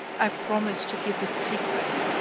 i promise to keep it secret.